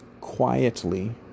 quietly